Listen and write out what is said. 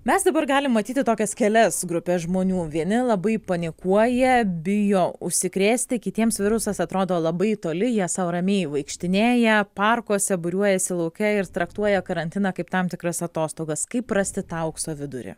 mes dabar galim matyti tokias kelias grupes žmonių vieni labai panikuoja bijo užsikrėsti kitiems virusas atrodo labai toli jie sau ramiai vaikštinėja parkuose būriuojasi lauke ir traktuoja karantiną kaip tam tikras atostogas kaip rasti tą aukso vidurį